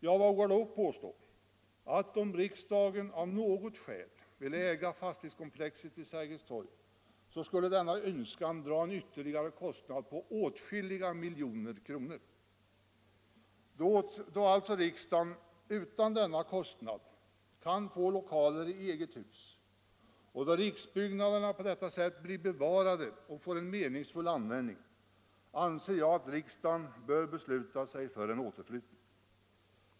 Jag vågar dock påstå att om riksdagen av något skäl ville äga fastighetskomplexet vid Sergels torg så skulle denna önskan dra en ytterligare kostnad på åtskilliga miljoner kronor. Då alltså riksdagen utan denna kostnad kan få lokaler i eget hus och då riksbyggnaderna på detta sätt blir bevarade och får en meningsfull användning anser jag att riksdagen bör besluta sig för en återflyttning.